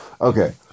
Okay